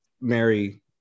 Mary